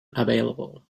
available